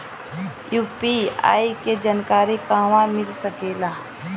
UPI के जानकारी कहवा मिल सकेले?